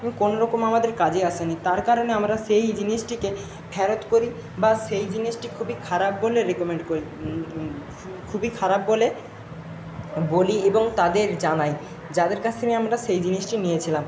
কোনো রকম আমাদের কাজে আসে নি তার কারণে আমরা সেই জিনিসটিকে ফেরত করি বা সেই জিনিসটি খুবই খারাপ বলে রেকমেন্ড করি খুবই খারাপ বলে বলি এবং তাদের জানাই যাদের কাস থেকে আমরা সেই জিনিসটি নিয়েছিলাম